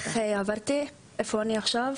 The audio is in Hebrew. מאיפה באתי ואיפה אני עכשיו,